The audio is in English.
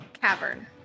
cavern